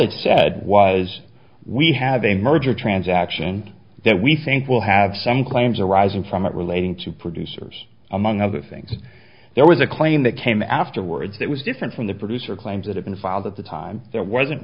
it said was we have a merger transaction that we think will have sank claims arising from it relating to producers among other things there was a claim that came afterwards that was different from the producer claims that have been filed at the time there wasn't